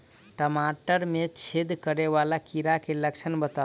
टमाटर मे छेद करै वला कीड़ा केँ लक्षण बताउ?